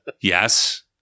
yes